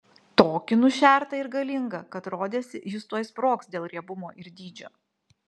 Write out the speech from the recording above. tokį nušertą ir galingą kad rodėsi jis tuoj sprogs dėl riebumo ir dydžio